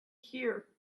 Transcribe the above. here